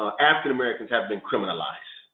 ah african americans have been criminalized.